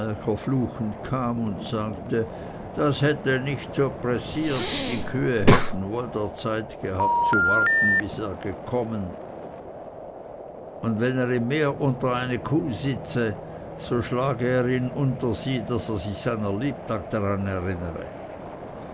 fluchend kam und sagte das hätte nicht so pressiert die kühe hätten wohl der zeit gehabt zu warten bis er gekommen und wenn er ihm mehr unter eine kuh sitze so schlage er ihn unter sie daß er sich seiner lebenlang daran